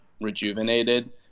rejuvenated